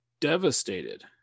Devastated